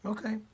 Okay